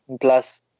Plus